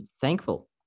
thankful